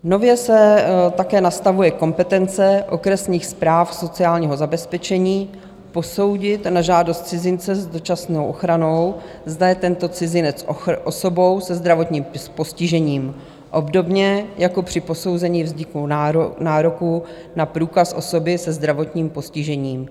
Nově se také nastavuje kompetence okresních správ sociálního zabezpečení posoudit na žádost cizince s dočasnou ochranou, zda je tento cizinec osobou se zdravotním postižením, obdobně jako při posouzení vzniku nároku na průkaz osoby se zdravotním postižením.